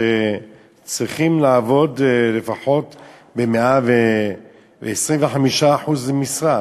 שעובדים לפחות ב-125% משרה.